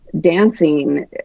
dancing